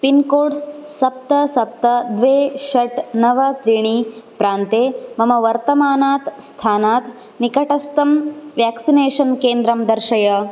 pincode सप्त सप्त द्वे षट् नव त्रीणि प्रान्ते मम वर्तमानात् स्थानात् निकटस्थं व्याक्सिनेषन् केन्द्रं दर्शय